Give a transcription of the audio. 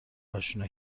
آشنا